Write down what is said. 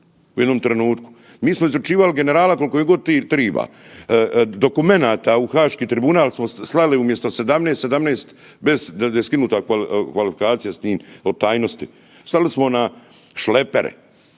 u jednom trenutku. Mi smo izručivali generala koliko god triba. Dokumenata u haški tribunal smo slali, umjesto 17, 17, bez da je skinuta kvalifikacija s tim, o tajnosti. Slali smo na šlepere.